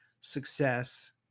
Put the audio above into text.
success